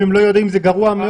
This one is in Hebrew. אם הם לא יודעים זה גרוע מאוד.